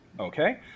Okay